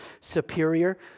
superior